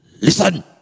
Listen